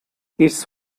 its